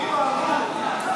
הרווחה והבריאות.